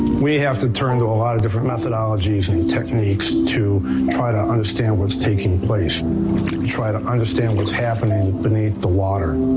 we have to turn to a lot of different methodologies and techniques to try to understand what's taking place to try to understand what's happening beneath the water.